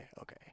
okay